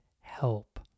help